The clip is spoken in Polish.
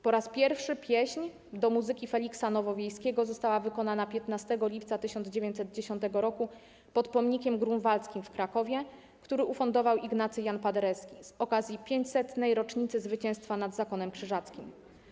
Po raz pierwszy pieśń, do muzyki Feliksa Nowowiejskiego, została wykonana 15 lipca 1910 roku pod Pomnikiem Grunwaldzkim w Krakowie, który ufundował Ignacy Jan Paderewski - z okazji 500. rocznicy zwycięstwa nad zakonem krzyżackim.